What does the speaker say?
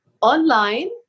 online